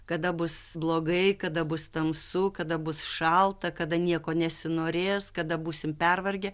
kada bus blogai kada bus tamsu kada bus šalta kada nieko nesinorės kada būsim pervargę